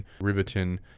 Riverton